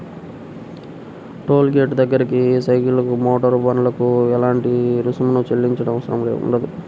toll గేటుల దగ్గర సైకిళ్లకు, మోటారు బండ్లకు ఎలాంటి రుసుమును చెల్లించనవసరం పడదు